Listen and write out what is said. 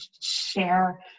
share